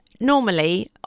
normally